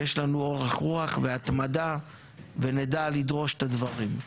יש לנו אורך רוח והתמדה ונדע לדרוש את הדברים.